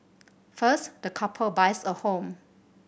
first the couple buys a home